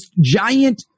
giant